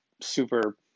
super